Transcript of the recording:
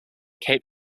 cape